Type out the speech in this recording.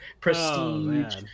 prestige